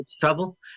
Trouble